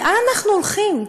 לאן אנחנו הולכים,